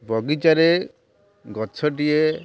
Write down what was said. ବଗିଚାରେ ଗଛଟିଏ